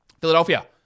Philadelphia